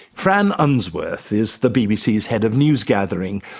fran unsworth is the bbc's head of newsgathering.